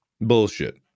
Bullshit